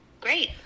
Great